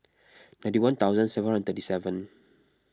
ninety one thousand seven hundred thirty seven